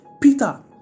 Peter